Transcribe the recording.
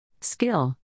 Skill